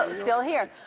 um still here.